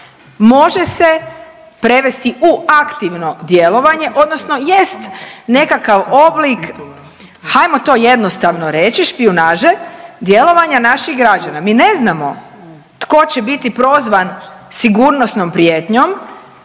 može se prevesti u aktivno djelovanje, odnosno jest nekakav oblik, hajmo to jednostavno reći, špijunaže djelovanja naših građana. Mi ne znamo tko će biti prozvan sigurnosnom prijetnjom